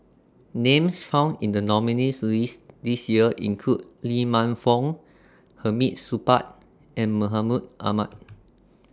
Names found in The nominees' list This Year include Lee Man Fong Hamid Supaat and Mahmud Ahmad